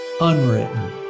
unwritten